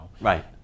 Right